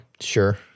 Sure